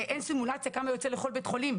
אין סימולציה כמה יוצא לכל בית חולים,